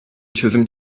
çözüm